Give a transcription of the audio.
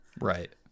Right